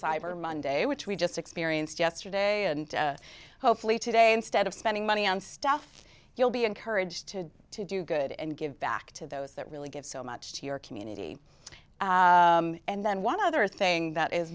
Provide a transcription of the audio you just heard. cyber monday which we just experienced yesterday and hopefully today instead of spending money on stuff you'll be encouraged to do good and give back to those that really give so much to your community and then one other thing that is